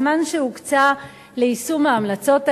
הזמן שהוקצה ליישום ההמלצות האלה,